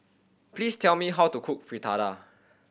please tell me how to cook Fritada